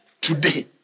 Today